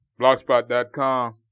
blogspot.com